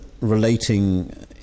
relating